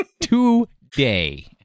Today